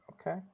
Okay